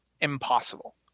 impossible